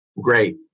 Great